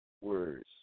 words